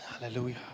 Hallelujah